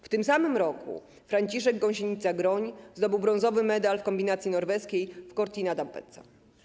W tym samym roku Franciszek Gąsienica Groń zdobył brązowy medal w kombinacji norweskiej w Cortina d’Ampezzo.